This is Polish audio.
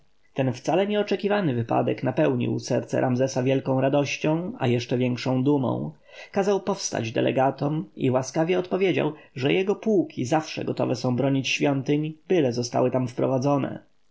wcale nieoczekiwany wypadek napełnił serce ramzesa wielką radością a jeszcze większą dumą kazał powstać delegatom i łaskawie odpowiedział że jego pułki zawsze gotowe są bronić świątyń byle zostały tam wprowadzone